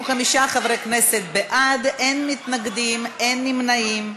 75 חברי כנסת בעד, אין מתנגדים, אין נמנעים.